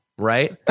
Right